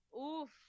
Oof